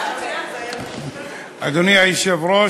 אדוני היושב-ראש.